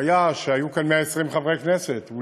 שיהיו כאן 120 חברי כנסת,